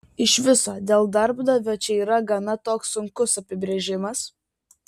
iš viso dėl darbdavio čia yra gana toks sunkus apibrėžimas